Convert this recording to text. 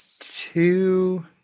two